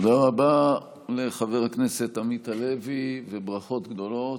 תודה רבה לחבר הכנסת עמית הלוי וברכות גדולות.